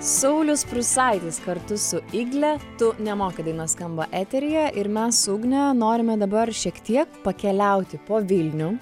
saulius prūsaitis kartu su igle tu nemoki daina skamba eteryje ir mes su ugne norime dabar šiek tiek pakeliauti po vilnių